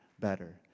better